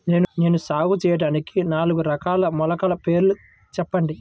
నేను సాగు చేయటానికి నాలుగు రకాల మొలకల పేర్లు చెప్పండి?